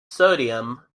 sodium